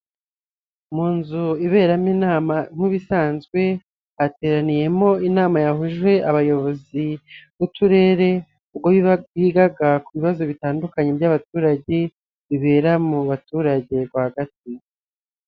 Mu nzu iberamo inama nk'ibisanzwe, hateraniyemo inama yahuje abayobozi b'Uturere ubwo bigaga ku bibazo bitandukanye by'abaturage, bibera mu baturage rwagati.